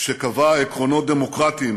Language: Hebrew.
שקבע עקרונות דמוקרטיים